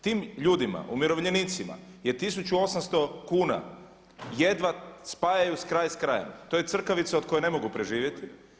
Tim ljudima umirovljenicima je 1800 kuna jedva spajaju kraj s krajem, to je crkavica od koje ne mogu preživjeti.